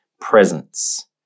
presence